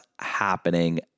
happening